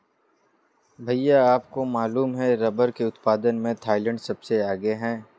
भैया आपको मालूम है रब्बर के उत्पादन में थाईलैंड सबसे आगे हैं